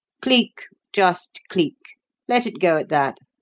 cleek just cleek let it go at that,